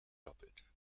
doppelt